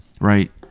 Right